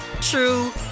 true